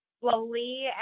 slowly